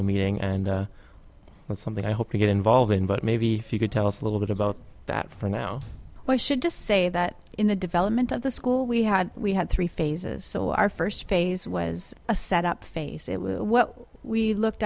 will meeting and with something i hope to get involved in but maybe if you could tell us a little bit about that for now i should just say that in the development of the school we had we had three phases so our first phase was a set up face it was what we looked